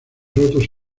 rotos